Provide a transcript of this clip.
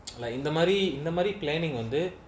like இந்தமாரி இந்தமாரி:inthamaari inthamaari planning வந்து:vanthu